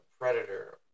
Predator